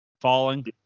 Falling